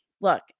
look